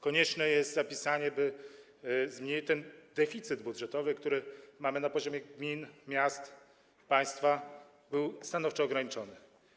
Konieczne jest zapisanie, by ten deficyt budżetowy, który mamy na poziomie gmin, miast, państwa, był stanowczo ograniczony.